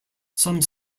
some